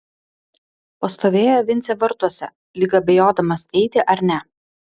pastovėjo vincė vartuose lyg abejodamas eiti ar ne